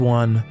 one